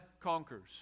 conquers